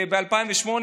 ב-2008,